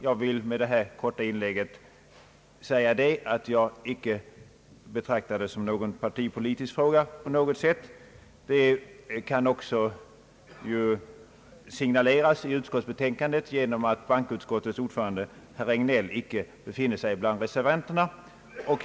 Jag vill med detta korta inlägg ha sagt att jag icke betraktar den som någon partipolitisk fråga, och det har också signalerats i utskottsutlåtandet genom att bankoutskottets ordförande, herr Regnéll, icke befinner sig bland reservanterna.